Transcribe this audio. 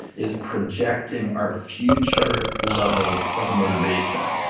is projecting our future levels of motivation.